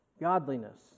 godliness